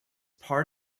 part